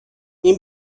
این